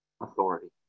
authority